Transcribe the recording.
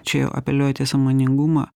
čia jau apeliuojat į sąmoningumą